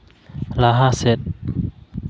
ᱞᱟᱦᱟ ᱥᱮᱫ